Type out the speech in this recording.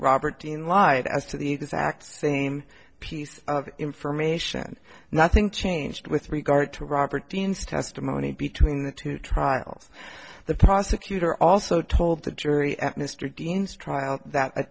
robert dean lied as to the exact same piece of information nothing changed with regard to robert dean's testimony between the two trials the prosecutor also told the jury at mr deane's trial that